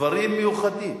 דברים מיוחדים.